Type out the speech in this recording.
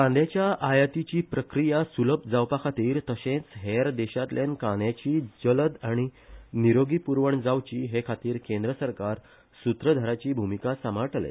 कांद्याच्या आयातीची प्रक्रिया सुलभ जावपाखातीर तशेच हेर देशातल्यान कांद्याची जलद आनी निरोगी पुरवण जावची हे खातीर केंद्र सरकार सूत्रधाराची भुमिका सामाळटले